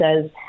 says